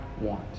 want